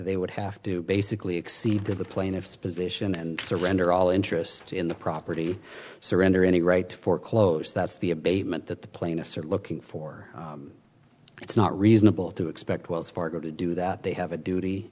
they would have to basically accede to the plaintiff's position and surrender all interest in the property surrender any right to foreclose that's the abatement that the plaintiffs are looking for it's not reasonable to expect wells fargo to do that they have a duty